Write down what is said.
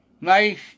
Nice